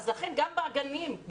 גם בגנים,